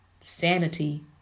sanity